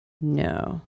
No